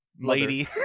lady